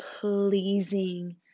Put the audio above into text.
pleasing